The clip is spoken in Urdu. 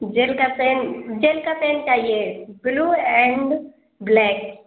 جیل کا پین جیل کا پین چاہیے بلیو اینڈ بلیک